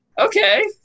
Okay